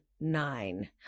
nine